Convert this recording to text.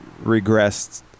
regressed